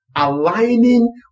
Aligning